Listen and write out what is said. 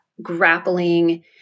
Grappling